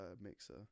mixer